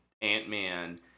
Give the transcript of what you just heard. Ant-Man